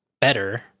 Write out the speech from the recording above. better